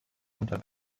unter